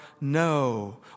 no